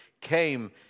came